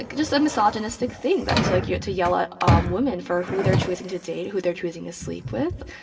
and just a misogynistic thing that's like yeah to yell at um women for who they're choosing to date, who they're choosing to sleep with.